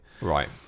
Right